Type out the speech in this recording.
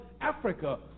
Africa